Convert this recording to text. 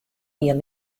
jier